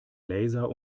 laser